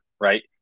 Right